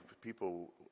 People